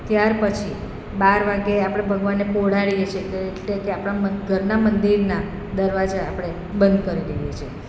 ત્યાર પછી બાર વાગે આપણે ભગવાનને પોઢાળીએ છીએ કે એટલે કે ઘરના મંદિરના દરવાજા આપણે બંધ કરી દઈએ છીએ